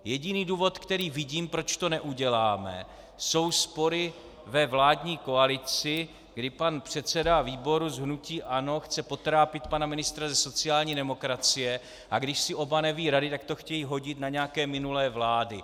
Jediný důvod, který vidím, proč to neuděláme, jsou spory ve vládní koalici, kdy pan předseda výboru z hnutí ANO chce potrápit pana ministra ze sociální demokracie, a když si oba nevědí rady, tak to chtějí hodit na nějaké minulé vlády.